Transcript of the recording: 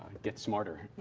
get smarter.